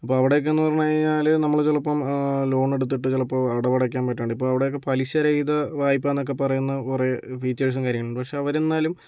അപ്പം അവിടെയൊക്കെ എന്ന് പറഞ്ഞ് കഴിഞ്ഞാല് നമ്മള് ചിലപ്പം ലോൺ എടുത്തിട്ട് ചിലപ്പോൾ അടവ് അടക്കാൻ പറ്റാണ്ട് ഇപ്പം അവിടെയൊക്കെ പലിശ രഹിത വായ്പ എന്നൊക്കെ പറയുന്ന കുറേ ഫീച്ചേഴ്സും കാര്യങ്ങളുണ്ട് പക്ഷേ അവരെന്നാലും